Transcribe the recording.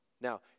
Now